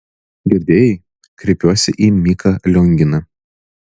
girdėjai kreipiuosi į miką lionginą